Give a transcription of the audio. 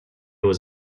was